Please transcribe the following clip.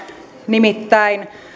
nimittäin